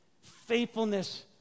Faithfulness